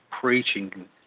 preaching